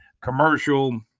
commercial